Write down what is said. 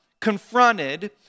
confronted